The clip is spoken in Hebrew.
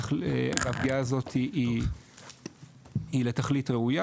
והפגיעה הזאת היא לתכלית ראויה.